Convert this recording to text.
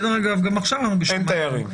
אין תיירים.